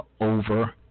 over